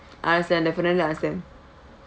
understand definitely understand